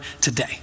today